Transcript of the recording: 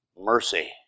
Mercy